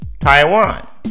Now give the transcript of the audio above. Taiwan